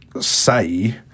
say